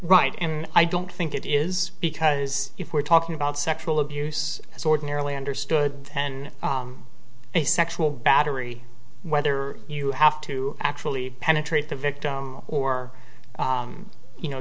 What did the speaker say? right and i don't think it is because if we're talking about sexual abuse as ordinarily understood then a sexual battery whether you have to actually penetrate the victim or you know